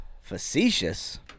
Facetious